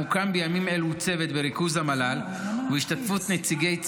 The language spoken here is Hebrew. מוקם בימים אלה צוות בריכוז המל"ל ובהשתתפות נציגי צה"ל,